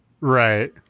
Right